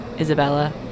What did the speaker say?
Isabella